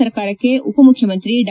ಸರ್ಕಾರಕ್ಕೆ ಉಪಮುಖ್ಯಮಂತ್ರಿ ಡಾ